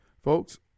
folks